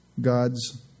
gods